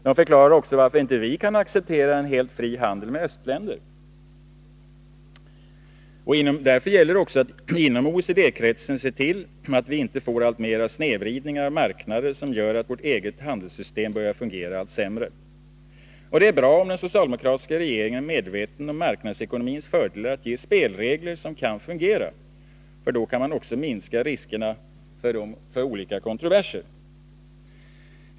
Det förklarar också varför vi inte kan acceptera en helt fri handel med östländer. Inom OECD-kretsen gäller det därför också att se till att vi inte får alltmer av snedvridningar av marknader som gör att vårt eget handelssystem börjar fungera allt sämre. Det är bra om den socialdemokratiska regeringen är medveten om marknadsekonomins fördelar att ge spelregler som kan fungera, för då kan man också minska riskerna för olika kontroverser.